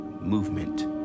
movement